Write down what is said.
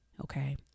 okay